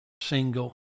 single